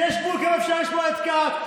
ויש גבול לכמה אפשר לשמוע את כץ.